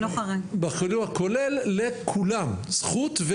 זכות לכולם,